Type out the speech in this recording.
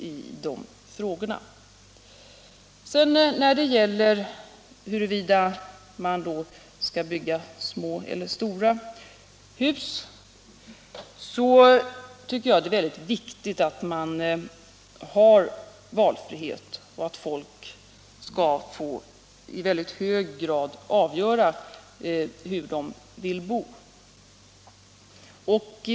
När det gäller huruvida man skall bygga små eller stora hus tycker jag att det är mycket viktigt att man har valfrihet och att människor i hög grad skall få avgöra hur de vill bo.